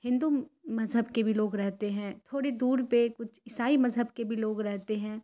ہندو مذہب کے بھی لوگ رہتے ہیں تھوڑی دور پہ کچھ عیسائی مذہب کے بھی لوگ رہتے ہیں